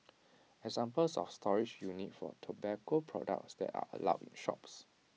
examples of storage units for tobacco products that are allowed in shops